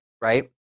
right